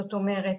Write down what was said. זאת אומרת,